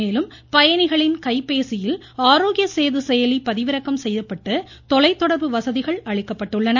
மேலும் பயணிகளின் கைப்பேசியில் ஆரோக்கிய சேது செயலி பதிவிறக்கம் செய்யப்பட்டு தொலைத்தொடர்பு வசதிகள் அளிக்கப்பட்டுள்ளன